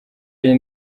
y’iyi